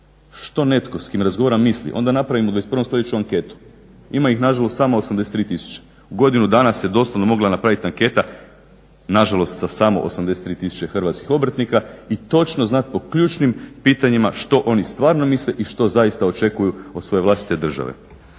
što netko s kim razgovaram misli, onda napravimo u 21. stoljeću anketu. Ima ih na žalost samo 83000. U godinu dana se doslovna mogla napravit anketa na žalost sa samo 83000 hrvatskih obrtnika i točno znat po ključnim pitanjima što oni stvarno misle i što zaista očekuju od svoje vlastite države.